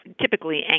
typically